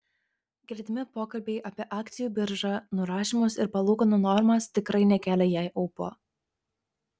girdimi pokalbiai apie akcijų biržą nurašymus ir palūkanų normas tikrai nekėlė jai ūpo